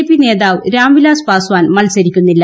Xi ്ട്രേന്താവ് രാം വിലാസ് പാസ്വാൻ മത്സരിക്കുന്നില്ല